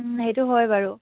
সেইটো হয় বাৰু